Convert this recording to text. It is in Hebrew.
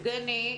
יבגני,